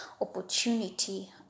opportunity